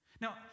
Now